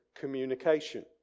communication